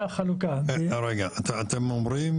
רגע, אתם אומרים